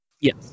Yes